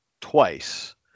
twice